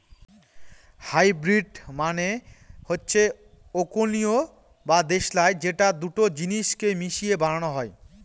hybrid মানে হচ্ছে অকুলীন বা দোঁশলা যেটা দুটো জিনিস কে মিশিয়ে বানানো হয়